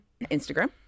instagram